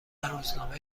روزنامه